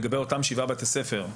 שלגבי אותם שבעה בתי ספר,